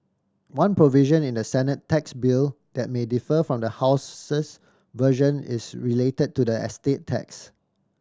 one provision in the Senate tax bill that may differ from the House's version is related to the estate tax